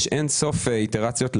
אז שלא יספרו לנו סיפורים שאי אפשר.